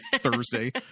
Thursday